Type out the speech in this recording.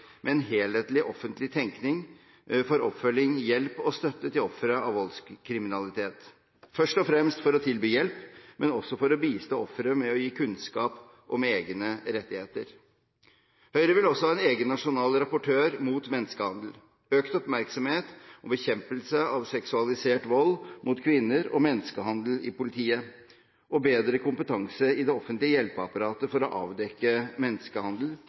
med en helhetlig offentlig tenkning for oppfølging, hjelp og støtte til ofre av voldskriminalitet, først og fremst for å tilby hjelp, men også for å bistå offeret gjennom å gi kunnskap om egne rettigheter. Høyre vil også ha en egen nasjonal rapportør mot menneskehandel, økt oppmerksomhet om bekjempelse av seksualisert vold mot kvinner og menneskehandel i politiet og bedre kompetanse i det offentlige hjelpeapparatet for å avdekke menneskehandel,